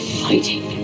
fighting